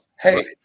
hey